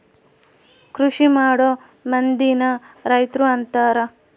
ಕೃಷಿಮಾಡೊ ಮಂದಿನ ರೈತರು ಅಂತಾರ